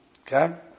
Okay